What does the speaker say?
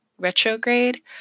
Retrograde